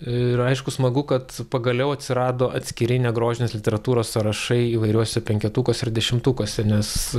ir aišku smagu kad pagaliau atsirado atskiri negrožinės literatūros sąrašai įvairiuose penketukuose ir dešimtukuose nes